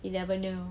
you never know